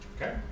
Okay